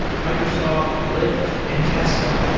microsoft, lyft and tesla.